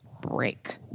break